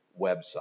website